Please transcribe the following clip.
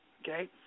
okay